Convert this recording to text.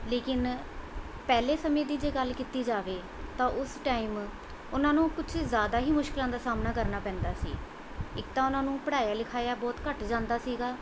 ਲੇਕਿਨ ਪਹਿਲੇ ਸਮੇਂ ਦੀ ਜੇ ਗੱਲ ਕੀਤੀ ਜਾਵੇ ਤਾਂ ਉਸ ਟਾਈਮ ਉਹਨਾਂ ਨੂੰ ਕੁੱਝ ਜ਼ਿਆਦਾ ਹੀ ਮੁਸ਼ਕਿਲਾਂ ਦਾ ਸਾਹਮਣਾ ਕਰਨਾ ਪੈਂਦਾ ਸੀ ਇੱਕ ਤਾਂ ਉਹਨਾਂ ਨੂੰ ਪੜ੍ਹਾਇਆ ਲਿਖਾਇਆ ਬਹੁਤ ਘੱਟ ਜਾਂਦਾ ਸੀਗਾ